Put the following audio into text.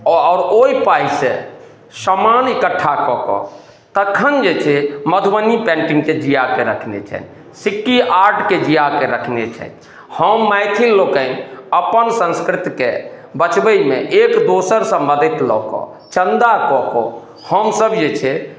आ आओर ओहि पाइ सऽ समान इकठ्ठा कऽ कऽ तखन जे छै मधुबनी पेन्टिंगके जिया कऽ रखने छथि सिक्की आर्टके जिया कऽ रखने छथि हम मैथिल लोकनि अपन संस्कृतिके बचबैमे एक दोसर सऽ मदद लऽ कऽ चन्दा कऽ कऽ हमसब जे छै